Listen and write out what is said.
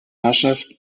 herrschaft